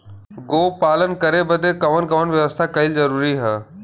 गोपालन करे बदे कवन कवन व्यवस्था कइल जरूरी ह?